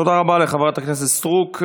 תודה רבה לחברת הכנסת סטרוק.